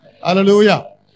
Hallelujah